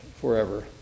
forever